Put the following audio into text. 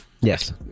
Yes